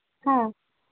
ꯍꯥ